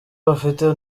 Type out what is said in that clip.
bafite